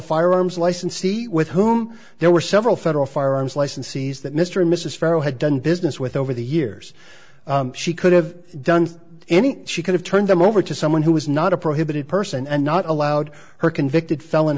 firearms licensee with whom there were several federal firearms licensees that mr and mrs ferrall had done business with over the years she could have done anything she could have turned them over to someone who was not a prohibited person and not allowed her convicted felon